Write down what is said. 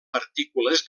partícules